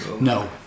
No